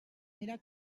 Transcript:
mira